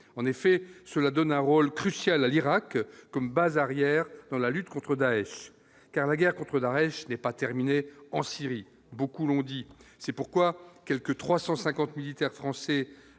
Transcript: en effet, cela donne un rôle crucial à l'Irak comme base arrière dans la lutte contre Daech car la guerre contre l'arrêt je n'est pas terminé en Syrie, beaucoup l'ont dit, c'est pourquoi quelque 350 militaires français,